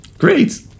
Great